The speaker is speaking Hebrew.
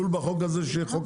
זה כלול בחוק הזה שחוקקנו?